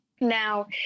Now